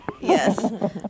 Yes